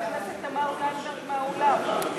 אתה אמור לסלק עכשיו את חברת הכנסת תמר זנדברג מהאולם.